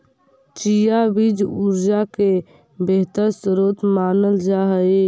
chia बीज ऊर्जा के बेहतर स्रोत मानल जा हई